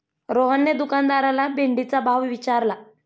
रोहनने दुकानदाराला भेंडीचा भाव विचारला